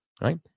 right